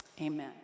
Amen